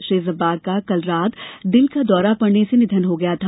श्री जब्बार का कल रात दिल का दौरा पड़ने से निधन हो गया था